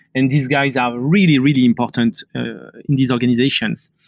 and these guys are really, really important in these organizations.